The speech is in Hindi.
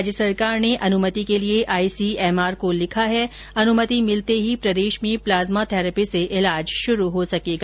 राज्य सरकार ने अनुमति के लिए आईसीएमआर को लिखा है अनुमति मिलते ही प्रदेश में प्लाज्मा थैरेपी से इलाज शुरू हो सकेगा